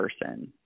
person